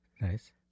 Nice